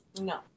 No